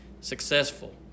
successful